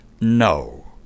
no